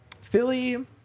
philly